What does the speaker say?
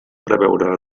preveure